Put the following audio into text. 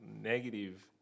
negative